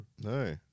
No